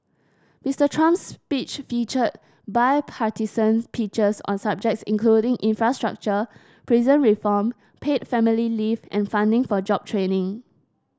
Mister Trump's speech featured bipartisan pitches on subjects including infrastructure prison reform paid family leave and funding for job training